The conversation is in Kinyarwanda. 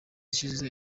ishize